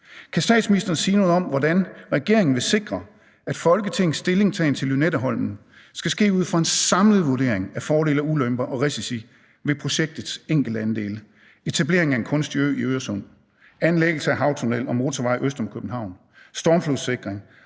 Kan statsministeren sige noget om, hvordan regeringen på den baggrund vil sikre, at Folketingets stillingtagen til Lynetteholmen kan ske ud fra en samlet vurdering af fordele og ulemper og risici ved projektets enkelte andele, herunder etableringen af en kunstig ø i Øresund, anlæggelse af havtunnel og motorvej øst om København, stormflodssikring